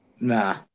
Nah